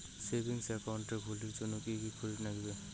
Savings account খুলির জন্যে কি কি করির নাগিবে?